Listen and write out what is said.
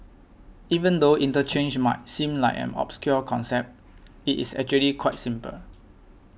even though interchange might seem like an obscure concept it is actually quite simple